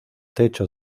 techo